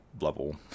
level